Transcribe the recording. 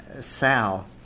Sal